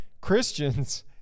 Christians